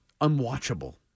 unwatchable